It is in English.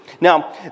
Now